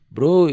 Bro